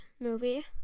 movie